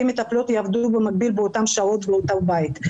מטפלות יעבדו במקביל באותן שעות באותו בית.